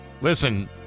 Listen